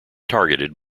targeted